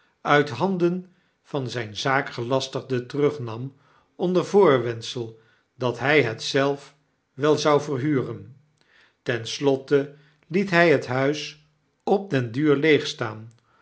uit handen van zp zaakgelastigde terugnam onder voorwendsel dat hy het zelf wel zou verhuren ten slotte liet hij het huis op den duur leeg